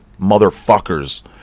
motherfuckers